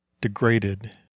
degraded